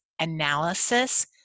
analysis